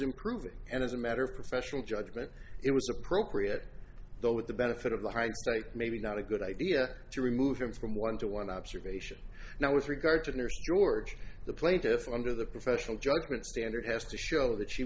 improving and as a matter of professional judgment it was appropriate though that the benefit of the hindsight maybe not a good idea to remove him from one to one observation now with regard to george the plaintiff under the professional judgment standard has to show that she